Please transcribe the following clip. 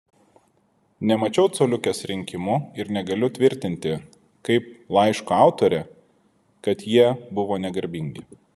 nemačiau coliukės rinkimų ir negaliu tvirtinti kaip laiško autorė kad jie buvo negarbingi